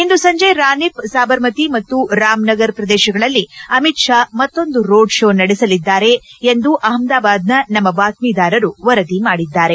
ಇಂದು ಸಂಜೆ ರಾನಿಪ್ ಸಬರಮತಿ ಮತ್ತು ರಾಮನಗರ್ ಪ್ರದೇಶಗಳಲ್ಲಿ ಅಮಿತ್ ಷಾ ಮತ್ತೊಂದು ರೋಡ್ ಷೋ ನಡೆಸಲಿದ್ದಾರೆಂದು ಅಹಮದಾಬಾದ್ನ ನಮ್ಮ ಬಾತ್ಮೀದಾರರು ವರದಿ ಮಾಡಿದ್ದಾರೆ